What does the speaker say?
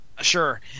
Sure